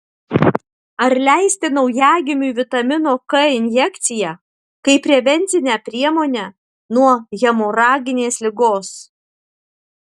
ar leisti naujagimiui vitamino k injekciją kaip prevencinę priemonę nuo hemoraginės ligos